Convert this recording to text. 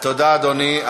תודה, אדוני.